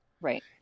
right